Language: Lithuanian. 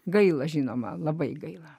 gaila žinoma labai gaila